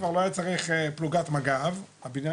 והוא אמר לי צריך פלוגת מג"ב.